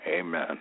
Amen